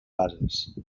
bases